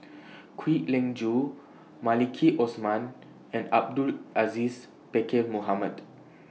Kwek Leng Joo Maliki Osman and Abdul Aziz Pakkeer Mohamed